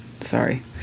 Sorry